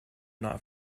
not